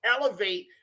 elevate